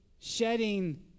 shedding